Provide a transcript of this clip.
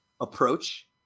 approach